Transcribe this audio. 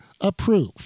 approve